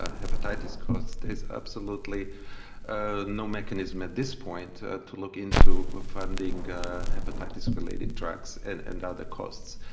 ah hepatitis costs, there's absolutely ah no mechanism at this point to to look into funding hepatitis related drugs and and other costs.